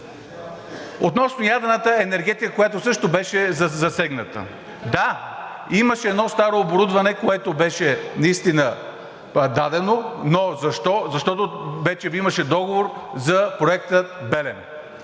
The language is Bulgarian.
Относно ядрената енергетика, която също беше засегната. Да, имаше едно старо оборудване, което беше наистина дадено. Но защо? Защото вече имаше договор за проекта